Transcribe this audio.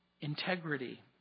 integrity